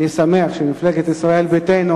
אני שמח שמפלגת ישראל ביתנו